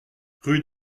rue